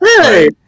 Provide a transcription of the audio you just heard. Hey